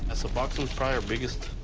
ah suboxone, probably our biggest,